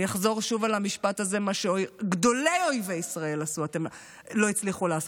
אני אחזור שוב על המשפט הזה: מה שגדולי אויבי ישראל לא הצליחו לעשות,